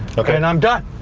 ok, and i'm done.